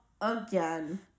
again